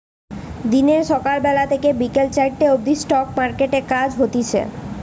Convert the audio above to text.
দিনে সকাল বেলা থেকে বিকেল চারটে অবদি স্টক মার্কেটে কাজ হতিছে